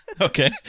okay